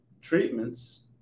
treatments